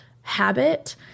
habit